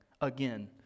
again